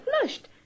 flushed